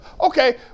okay